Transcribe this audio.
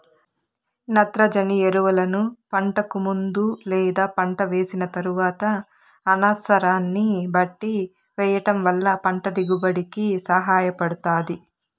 నత్రజని ఎరువులను పంటకు ముందు లేదా పంట వేసిన తరువాత అనసరాన్ని బట్టి వెయ్యటం వల్ల పంట దిగుబడి కి సహాయపడుతాది